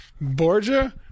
Borgia